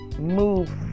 move